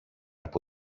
από